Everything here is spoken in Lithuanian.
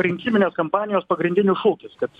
rinkiminės kampanijos pagrindinis šūkis kad